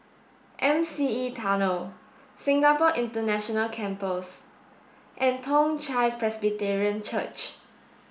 M C E Tunnel Singapore International Campus and Toong Chai Presbyterian Church